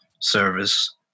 service